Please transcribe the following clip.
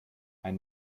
ein